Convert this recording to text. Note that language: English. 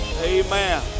Amen